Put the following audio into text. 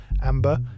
Amber